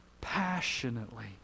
passionately